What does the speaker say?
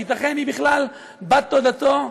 שייתכן שהיא בכלל בת דודתו,